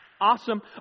Awesome